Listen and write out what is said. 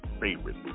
favorite